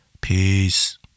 Peace